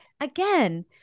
again